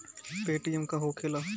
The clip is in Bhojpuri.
पेटीएम का होखेला?